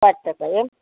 પાંચ ટકા એમ